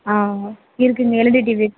ஆ இருக்குங்க LED TV